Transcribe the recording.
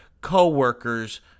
coworkers